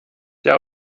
der